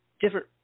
different